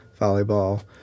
volleyball